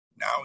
now